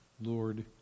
Lord